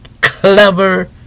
clever